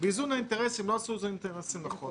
באיזון האינטרסים, לא עשו איזון אינטרסים נכון.